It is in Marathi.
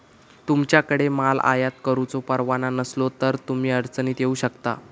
तुमच्याकडे माल आयात करुचो परवाना नसलो तर तुम्ही अडचणीत येऊ शकता